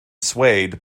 swayed